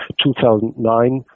2009